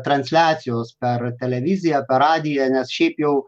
transliacijos per televiziją per radiją nes šiaip jau